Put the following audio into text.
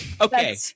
Okay